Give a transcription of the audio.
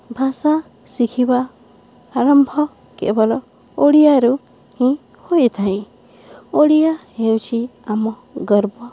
ଭାଷା ଶିଖିବା ଆରମ୍ଭ କେବଳ ଓଡ଼ିଆରୁ ହିଁ ହୋଇଥାଏ ଓଡ଼ିଆ ହେଉଛି ଆମ ଗର୍ବ